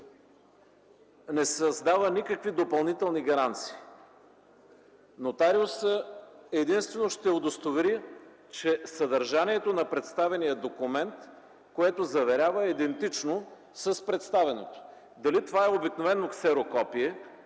не създава никакви допълнителни гаранции. Нотариусът единствено ще удостовери, че съдържанието на представения документ, което заверява, е идентично с представеното. Дали това е обикновено ксерокопие